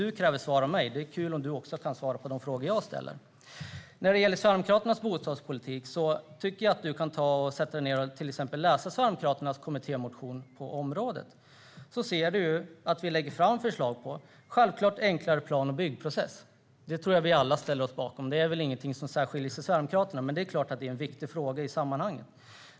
Du kräver svar av mig, men det vore kul om du också kunde svara på de frågor som jag ställer. När det gäller Sverigedemokraternas bostadspolitik tycker jag att du kan läsa vår kommittémotion på området. Då ser du att vi lägger fram förslag till enklare plan och byggprocess. Det tror jag att vi alla ställer oss bakom. Det är väl ingenting där som särskiljer Sverigedemokraterna, och det är klart att det är en viktig fråga i sammanhanget.